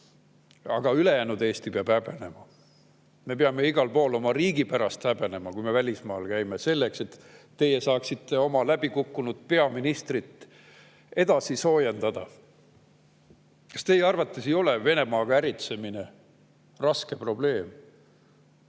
Aga ülejäänud Eesti peab häbenema. Me peame igal pool oma riigi pärast häbenema, kui me välismaal käime, selleks et teie saaksite oma läbikukkunud peaministrit edasi soojendada. Kas teie arvates ei ole Venemaaga äritsemine raske probleem?